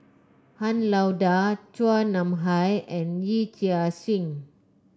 Han Lao Da Chua Nam Hai and Yee Chia Hsing